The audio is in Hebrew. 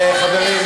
כבוד היושב-ראש,